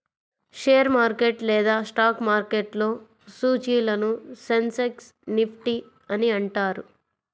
share market లేదా stock మార్కెట్లో సూచీలను సెన్సెక్స్, నిఫ్టీ అని అంటారు